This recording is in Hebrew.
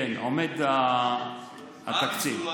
עומד התקציב.